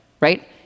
right